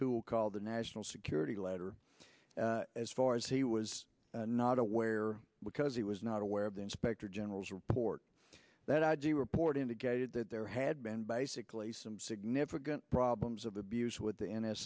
tool called the national security letter as far as he was not aware because he was not aware of the inspector general's report that i g report indicated that there had been basically some significant problems of abuse with the n